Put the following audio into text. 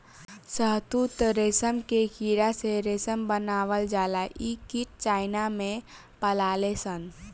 शहतूत रेशम के कीड़ा से रेशम बनावल जाला इ कीट चाइना में पलाले सन